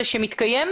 אני גם